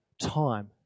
time